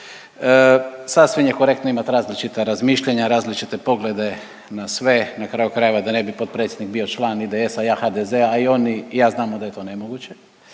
Sasvim je korektno imat različita razmišljanja, različite poglede na sve na kraju krajeva da ne bi potpredsjednik bio član IDS-a, a ja HDZ a i on i ja znam da je to nemoguće